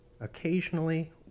Occasionally